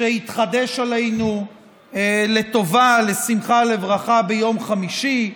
שיתחדש עלינו לטובה, לשמחה, לברכה, ביום חמישי.